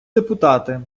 депутати